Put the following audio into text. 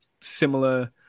similar